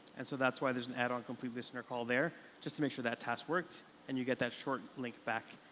and so that's why there's an addoncompletelistener call there just to make sure that task worked and you get that shorten link back.